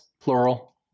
plural